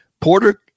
Porter